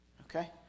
okay